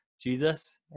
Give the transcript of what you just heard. Jesus